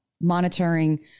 monitoring